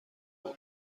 بود